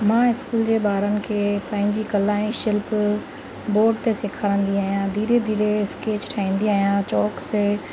मां स्कूल जे ॿारनि खे पहिंजी कला ऐं शिल्प बोर्ड ते सेखारींदी आहियां धीरे धीरे स्केच ठाहींदी आहियां चॉक से